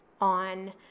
on